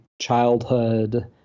childhood